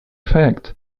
fact